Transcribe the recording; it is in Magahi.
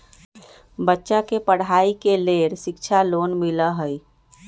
बच्चा के पढ़ाई के लेर शिक्षा लोन मिलहई?